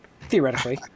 theoretically